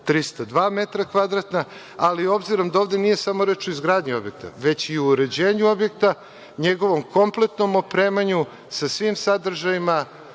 1302 metra kvadratna, ali obzirom da ovde nije samo reč o izgradnji objekta, već i o uređenju objekta, njegovom kompletnom opremanju sa svim sadržajima,